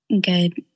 good